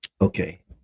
Okay